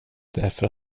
därför